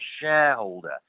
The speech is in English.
shareholder